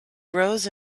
rose